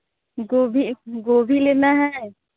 गोभी एक गोभी लेना है